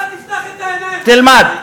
אתה תפתח את העיניים, תלמד.